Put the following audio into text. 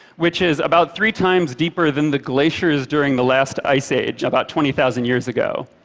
which is about three times deeper than the glaciers during the last ice age about twenty thousand years ago.